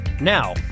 Now